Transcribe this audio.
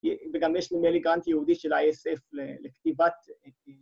וגם יש נדמה לי גראנט ייעודי של ה-ISF לכתיבת...